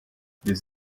des